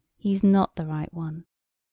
he's not the right one.